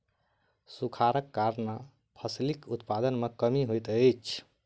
सूखाड़क कारणेँ फसिलक उत्पादन में कमी होइत अछि